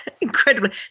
incredibly